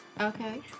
Okay